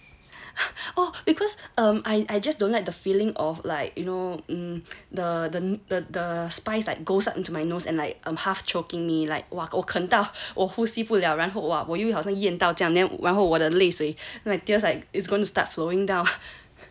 orh because um I just don't let the feeling of like you know the the the the spice like goes out up my nose and like um half choking me like 哏到呼吸不了然后我我因为好像淹到完后我的泪水 my tears like it's going to start flowing down